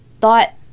thought